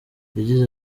yagize